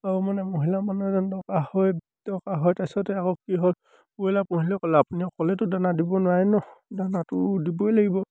আৰু মানে মহিলা মানুহ এজন দৰকাৰ হয় দৰকাৰ হয় তাৰপিছতে আকৌ কি হ'ল ব্ৰইলাৰ পুহিলে ক'লে আপুনি অকলেতো দানা দিব নোৱাৰে ন দানাটো দিবই লাগিব